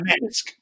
mask